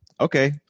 okay